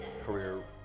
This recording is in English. career